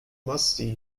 musty